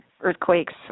earthquakes